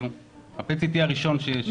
ה- PET-CTהראשון שהתחיל לעבוד?